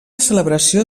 celebració